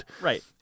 Right